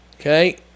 okay